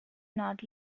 not